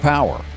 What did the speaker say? Power